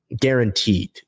guaranteed